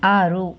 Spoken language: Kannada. ಆರು